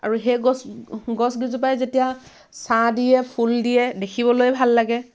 আৰু সেই গছ গছ গিজোপাই যেতিয়া ছাঁ দিয়ে ফুল দিয়ে দেখিবলৈ ভাল লাগে